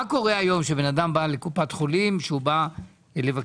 מה קורה היום, כשאדם בא לקופת חולים, שבא לבקש?